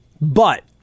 But-